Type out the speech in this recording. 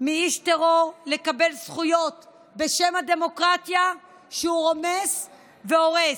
מאיש טרור לקבל זכויות בשם הדמוקרטיה שהוא רומס והורס.